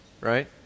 right